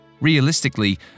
Realistically